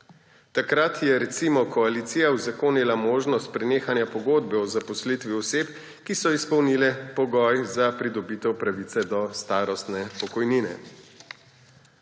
Takrat je recimo koalicija uzakonila možnost prenehanja pogodbe o zaposlitvi oseb, ki so izpolnile pogoj za pridobitev pravice do starostne pokojnine.